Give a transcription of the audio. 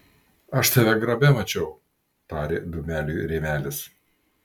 aš tave grabe mačiau tarė dūmeliui rėmelis